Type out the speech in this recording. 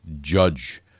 judge